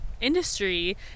industry